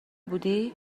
بودی